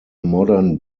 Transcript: modern